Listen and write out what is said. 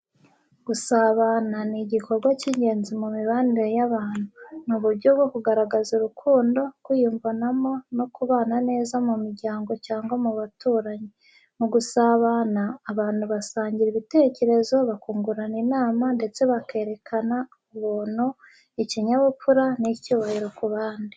Gusabana ni igikorwa cy’ingenzi mu mibanire y’abantu. Ni uburyo bwo kugaragaza urukundo, kwiyumvanamo no kubana neza mu muryango cyangwa mu baturanyi. Mu gusabana, abantu basangira ibitekerezo, bakungurana inama, ndetse bakerekana ubuntu, ikinyabupfura n’icyubahiro ku bandi.